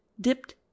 dipped